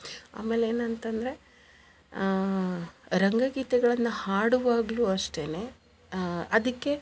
ಆಮೇಲೆ ಏನಂತಂದರೆ ರಂಗಗೀತೆಗಳನ್ನ ಹಾಡುವಾಗಲೂ ಅಷ್ಟೇನೆ ಅದಕ್ಕೆ